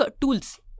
tools